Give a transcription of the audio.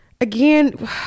again